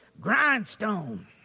Grindstone